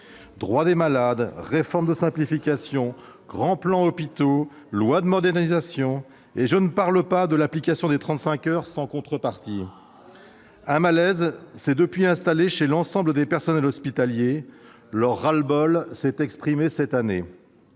droits des malades, réforme de simplification, grands plans pour les hôpitaux, loi de modernisation de 2016 ... Et je ne parle pas de l'application des 35 heures sans contrepartie ! Un malaise s'est installé chez l'ensemble des personnels hospitaliers : leur ras-le-bol s'est exprimé cette année.